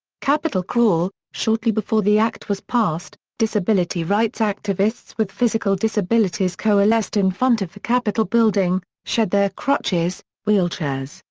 capitol crawl shortly before the act was passed, disability rights activists with physical disabilities coalesced in front of the capitol building, shed their crutches, wheelchairs,